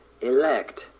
elect